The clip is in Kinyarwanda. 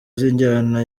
z’injyana